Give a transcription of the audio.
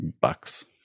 bucks